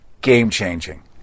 Game-changing